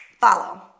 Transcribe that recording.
follow